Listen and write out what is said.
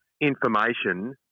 information